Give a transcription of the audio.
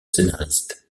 scénariste